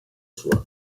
sua